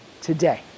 today